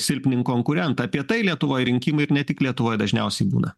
silpnink konkurentą apie tai lietuvoj rinkimai ir ne tik lietuvoj dažniausiai būna